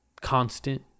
constant